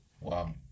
Wow